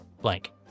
blank